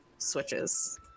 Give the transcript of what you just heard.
switches